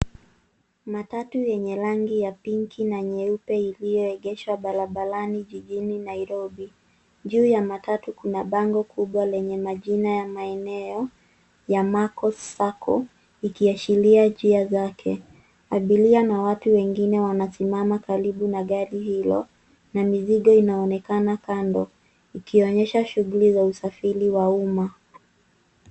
Matatu yenye rangi ya pinki na nyeupe iliyoegeshwa barabarani jijini Nairobi. Juu la matatu kuna bango kubwa lenye majina ya maeneo ya Makos sacco ikiashiria njia zake. Abiria na watu wengine wanasimama karibu na gari hilo na mizigo inaonekana kando ikionyesha shughuli za usafiri wa umma.